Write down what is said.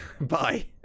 Bye